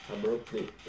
abruptly